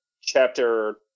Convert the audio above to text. chapter